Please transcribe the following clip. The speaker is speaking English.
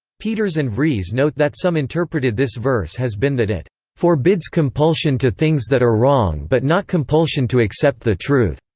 peters and vries note that some interpreted this verse has been that it forbids compulsion to things that are wrong but not compulsion to accept the truth.